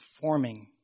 forming